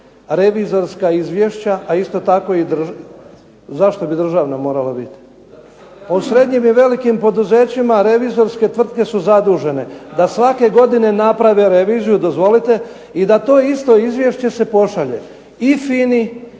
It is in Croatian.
revizorska izvješća, a isto tako, zašto bi državna morala biti. Pa u srednjim i velikim poduzećima revizorske tvrtke su zadužene da svake godine naprave reviziju, dozvolite i da to isto izvješće se pošalje i